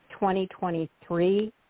2023